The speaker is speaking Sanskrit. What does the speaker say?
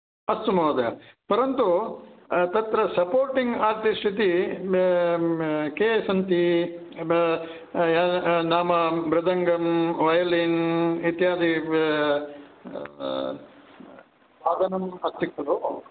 अस्तु महोदय परन्तु तत्र सपोर्टिङ्ग् आर्टिस्ट् इति के सन्ति नाम मृदङ्गं वैलिन् इत्यादि वादनम् अस्ति खलु